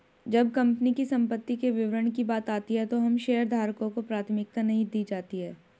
जब कंपनी की संपत्ति के वितरण की बात आती है तो आम शेयरधारकों को प्राथमिकता नहीं दी जाती है